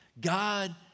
God